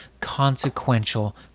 consequential